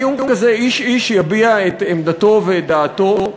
בדיון כזה איש-איש יביע את עמדתו ואת דעתו.